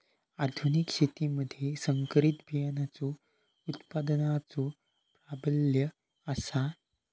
आधुनिक शेतीमधि संकरित बियाणांचो उत्पादनाचो प्राबल्य आसा